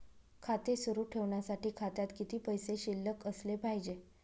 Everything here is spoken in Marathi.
खाते सुरु ठेवण्यासाठी खात्यात किती पैसे शिल्लक असले पाहिजे?